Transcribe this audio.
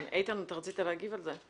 איתן, רצית להגיב על זה.